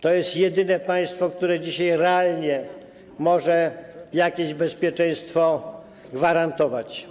To jest jedyne państwo, które dzisiaj realnie może jakieś bezpieczeństwo gwarantować.